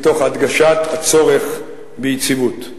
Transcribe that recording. מתוך הדגשת הצורך ביציבות.